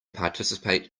participate